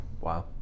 Wow